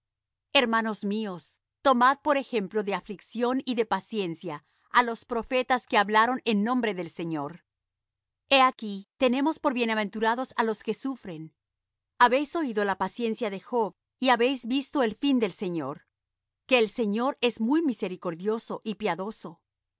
hermanos míos tomad por ejemplo de aflicción y de paciencia á los profetas que hablaron en nombre del señor he aquí tenemos por bienaventurados á los que sufren habéis oído la paciencia de job y habéis visto el fin del señor que el señor es muy misericordioso y piadoso